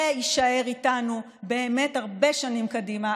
זה יישאר איתנו באמת הרבה שנים קדימה.